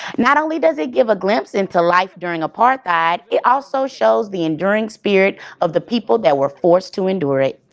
not only does it give a glimpse into life during apartheid, it also shows the enduring spirit of the people that were forced to endure it.